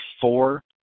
four